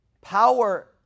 Power